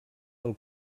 del